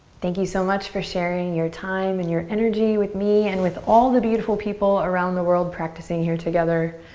thank you so much for sharing your time and your energy with me and with all the beautiful people around the world practicing here together.